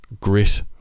grit